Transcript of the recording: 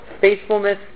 faithfulness